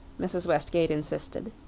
mrs. westgate insisted.